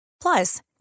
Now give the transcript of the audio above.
Plus